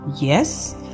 Yes